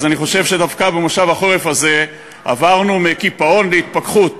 אני חושב שדווקא במושב החורף הזה עברנו מקיפאון להתפכחות,